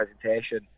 presentation